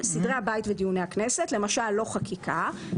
סדרי הבית ודיוני הכנסת למשל לא חקיקה,